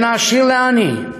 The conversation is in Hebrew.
בין עשיר לעני.